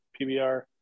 PBR